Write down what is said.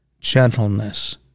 gentleness